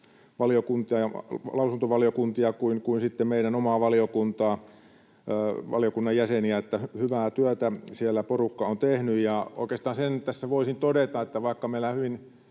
lausuntovaliokuntia kuin sitten meidän omaa valiokuntaa, valiokunnan jäseniä. Hyvää työtä siellä porukka on tehnyt. Oikeastaan sen tässä voisin todeta, että vaikka meillä on hyvin